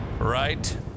Right